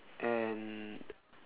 and